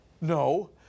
No